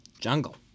Jungle